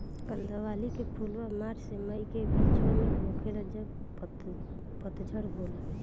कंदावली के फुलवा मार्च से मई के बिचवा में होखेला जब पतझर होला